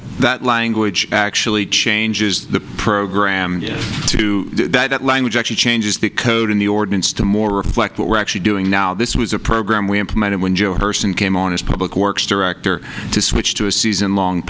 that language actually changes the program to that language actually changes the code in the ordinance to more reflect what we're actually doing now this was a program we implemented when joe herson came on his public works director to switch to a season long